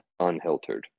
unhiltered